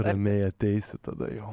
ramiai ateisi tada jau